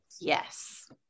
Yes